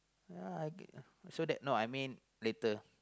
ya I so that no I mean later